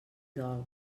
dol